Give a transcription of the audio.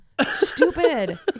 stupid